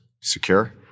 secure